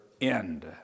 end